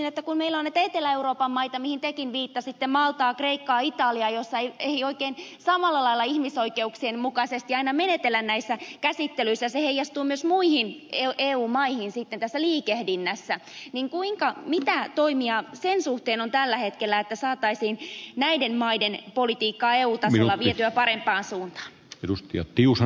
kun meillä on näitä etelä euroopan maita mihin tekin viittasitte maltaa kreikkaa italiaa joissa ei oikein samalla lailla ihmisoikeuksien mukaisesti aina menetellä näissä käsittelyissä ja se heijastuu myös muihin eu maihin sitten tässä liikehdinnässä niin mitä toimia sen suhteen on tällä hetkellä että saataisiin näiden maiden politiikkaa eu tasolla vietyä parempaan suuntaan